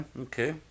okay